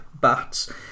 BATS